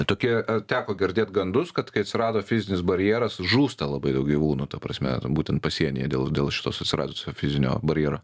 tokie teko girdėt gandus kad kai atsirado fizinis barjeras žūsta labai daug gyvūnų ta prasme būtent pasienyje dėl dėl šitos atsiradusio fizinio barjero